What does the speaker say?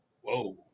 Whoa